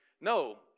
no